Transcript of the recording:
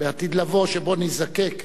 בעתיד לבוא, שבו נזדקק